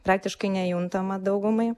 praktiškai nejuntama daugumai